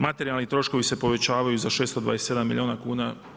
Materijalni troškovi se povećavaju za 627 milijuna kuna.